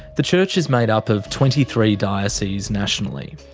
the church is made up of twenty three dioceses nationally.